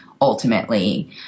ultimately